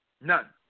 none